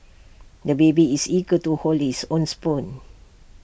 the baby is eager to hold his own spoon